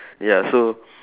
ya so